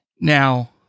Now